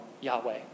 Yahweh